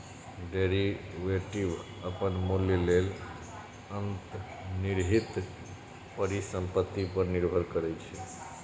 derivative अपन मूल्य लेल अंतर्निहित परिसंपत्ति पर निर्भर करै छै